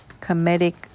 comedic